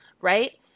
right